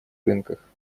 рынках